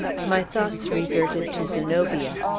my thoughts reverted to zenobia.